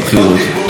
תודה רבה.